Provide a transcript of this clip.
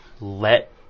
let